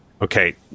Okay